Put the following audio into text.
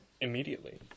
immediately